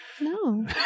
no